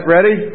Ready